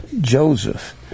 Joseph